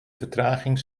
vertraging